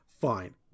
fine